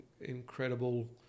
incredible